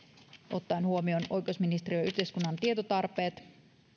ottaen huomioon oikeusministeriön ja yhteiskunnan tietotarpeet